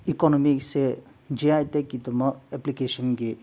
ꯏꯀꯣꯅꯣꯃꯤꯁꯦ G I ꯇꯦꯛꯀꯤꯗꯃꯛ ꯑꯦꯄ꯭ꯂꯤꯀꯦꯁꯟꯒꯤ